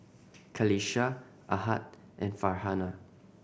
Qalisha Ahad and Farhanah